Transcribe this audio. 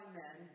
men